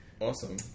Awesome